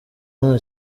nta